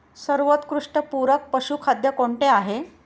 सर्वोत्कृष्ट पूरक पशुखाद्य कोणते आहे?